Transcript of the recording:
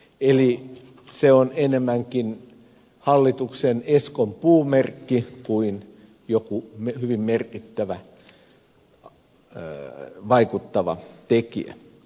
eli se on enemmänkin hallituksen eskon puumerkki kuin jokin hyvin merkittävä vaikuttava tekijä